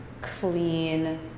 clean